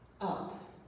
up